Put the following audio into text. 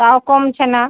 তাও কমছে না